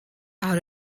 out